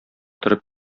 торып